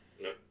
No